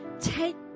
Take